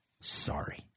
sorry